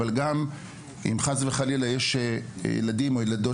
אבל גם אם חס וחלילה יש ילדים או ילדות